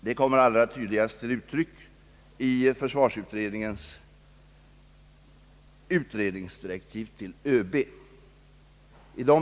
Det kommer allra tydligast till uttryck i försvarsutredningens utredningsdirektiv till överbefälhavaren.